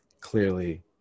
Clearly